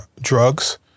drugs